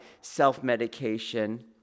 self-medication